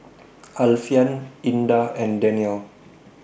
Alfian Indah and Danial